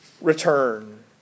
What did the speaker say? return